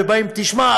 ובאים: תשמע,